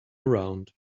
around